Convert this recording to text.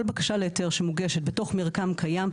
כל בקשה להיתר שמוגשת בתוך מרקם קיים,